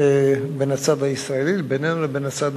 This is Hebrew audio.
בין הצד הישראלי, בינינו, לבין הצד